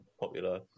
popular